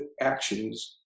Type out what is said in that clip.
actions